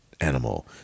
animal